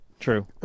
true